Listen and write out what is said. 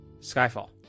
Skyfall